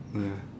ya